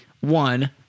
One